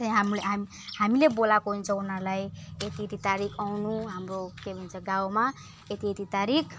त्यहाँ हामीले हामी हामीले बोलाको हुन्छौँ उनीहरूलाई यति यति तारिख आउनु हाम्रो के भन्छ गाउँमा यति यति तारिख